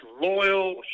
loyal